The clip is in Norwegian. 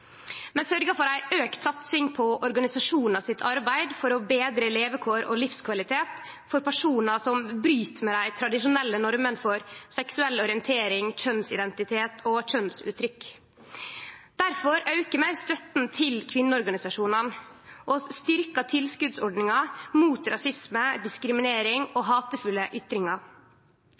for ei auka satsing på organisasjonane sitt arbeid for å betre levekår og livskvalitet for personar som bryt med dei tradisjonelle normene for seksuell orientering, kjønnsidentitet og kjønnsuttrykk. Difor aukar vi òg støtta til kvinneorganisasjonane og styrkjer tilskotsordninga mot rasisme, diskriminering og hatefulle ytringar.